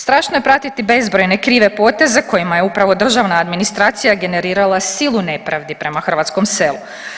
Strašno je pratiti bezbrojne krive poteze kojima je upravo državna administracija generirala silu nepravdi prema hrvatskom selu.